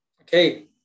Okay